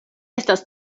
estas